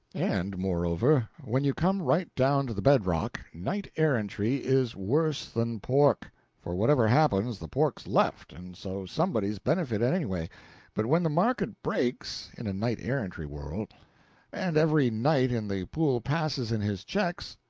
and, moreover, when you come right down to the bedrock, knight-errantry is worse than pork for whatever happens, the pork's left, and so somebody's benefited anyway but when the market breaks, in a knight-errantry whirl, and every knight in the pool passes in his checks,